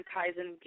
Kaizen